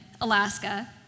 Alaska